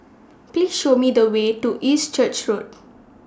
Please Show Me The Way to East Church Road